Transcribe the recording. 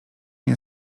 nie